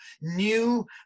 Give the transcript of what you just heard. new